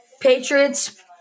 Patriots